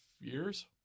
years